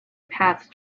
path